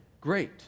great